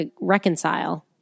reconcile